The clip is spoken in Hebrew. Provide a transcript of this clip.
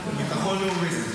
הביטחון הלאומי.